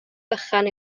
bychan